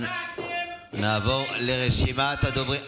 ניתוק אנשים ממים, ממים.